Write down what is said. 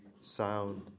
sound